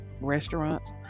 restaurants